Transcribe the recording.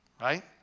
right